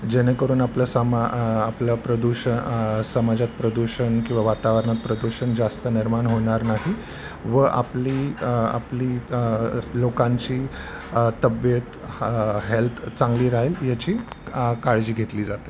जेणेकरून आपलं समा आपलं प्रदूष समाजात प्रदूषण किंवा वातावरणात प्रदूषण जास्त निर्माण होणार नाही व आपली आपली लोकांची तब्येत हेल्थ चांगली राहील याची काळजी घेतली जाते